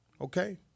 Okay